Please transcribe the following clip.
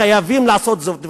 חייבים לעשות זאת,